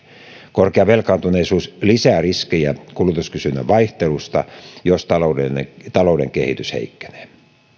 korkea velkaantuneisuus lisää riskejä kulutuskysynnän vaihtelusta jos talouden kehitys heikkenee